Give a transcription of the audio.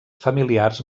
familiars